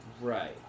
Right